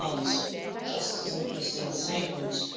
and just as an interesting side note,